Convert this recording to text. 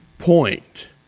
point